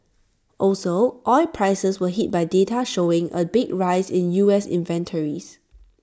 also oil prices were hit by data showing A big rise in U S inventories